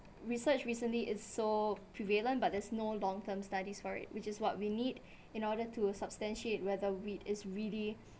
research recently is so prevalent but there's no long term studies for it which is what we need in order to substantiate whether weed is really